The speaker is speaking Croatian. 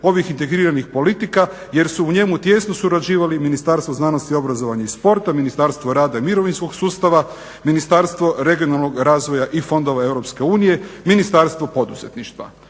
ovih integriranih politika jer su u njemu tijesno surađivali Ministarstvo znanosti, obrazovanja i sporta, Ministarstvo rada i mirovinskog sustava, Ministarstvo regionalnog razvoja i fondova EU, Ministarstvo poduzetništva.